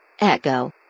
Echo